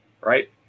right